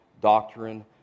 doctrine